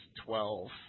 Twelve